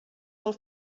del